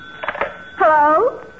Hello